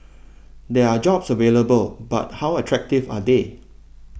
there are jobs available but how attractive are they